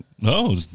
no